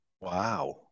wow